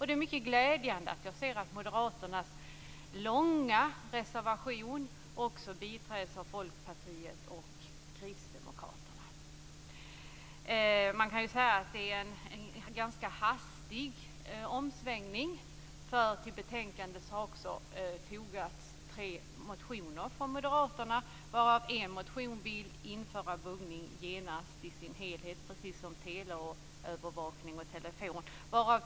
Det är mycket glädjande att Moderaternas långa reservation också biträds av Folkpartiet och Det är en ganska hastig omsvängning. Till betänkandet har också fogats tre motioner från Moderaterna. En av dem vill införa buggning genast, precis som teleövervakning och telefonavlyssning.